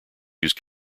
use